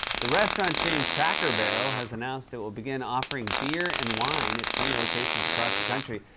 the restaurant chain cracker barrel has announced it will begin offering beer and wine at twenty locations across the country.